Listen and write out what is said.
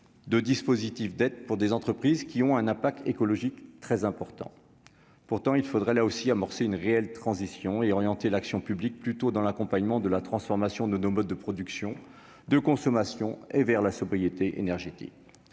de dispositifs d'aide pour des entreprises qui ont un impact écologique très important pourtant il faudrait là aussi amorcé une réelle transition et orienter l'action publique plutôt dans l'accompagnement de la transformation de nos modes de production, de consommation et vers la sobriété énergétique